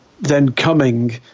then-coming